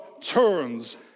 turns